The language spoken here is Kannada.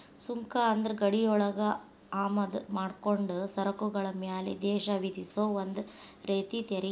ಸುಂಕ ಅಂದ್ರ ಗಡಿಯೊಳಗ ಆಮದ ಮಾಡ್ಕೊಂಡ ಸರಕುಗಳ ಮ್ಯಾಲೆ ದೇಶ ವಿಧಿಸೊ ಒಂದ ರೇತಿ ತೆರಿಗಿ